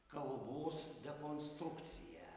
kalbos dekonstrukciją